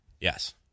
yes